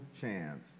chance